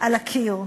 על הקיר.